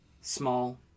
Small